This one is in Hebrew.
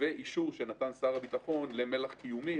ואישור שנתן שר הביטחון למל"ח קיומי,